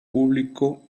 público